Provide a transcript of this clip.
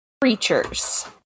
creatures